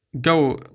go